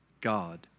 God